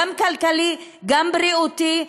גם כלכלי, גם בריאותי,